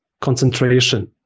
concentration